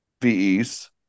VEs